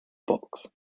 box